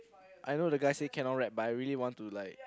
I know the guy say cannot rap but I really want to like